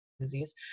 disease